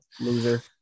loser